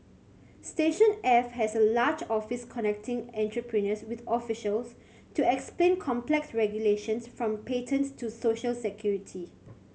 station F has a large office connecting entrepreneurs with officials to explain complex regulations from patents to social security